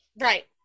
Right